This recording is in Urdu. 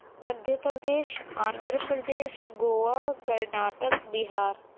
مدھیہ پردیش آندھر پردیش گوا کرناٹک بہار